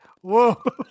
Whoa